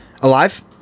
alive